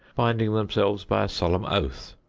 binding themselves by a solemn oath,